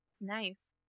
Nice